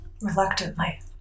Reluctantly